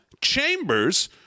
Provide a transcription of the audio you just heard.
chambers